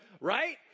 Right